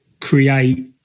create